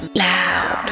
loud